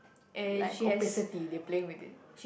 like opacity they playing with it